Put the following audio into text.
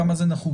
כמה זה נחוץ,